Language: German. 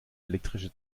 elektrische